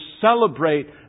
celebrate